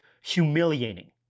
humiliating